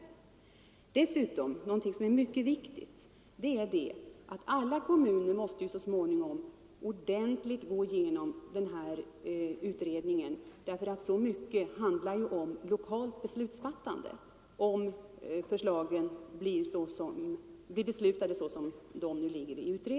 Något som dessutom är mycket viktigt är att alla kommuner så små 45 ningom ordentligt måste gå igenom den här utredningen därför att så mycket av den handlar om lokalt beslutsfattande, om förslagen blir antagna såsom de nu ligger.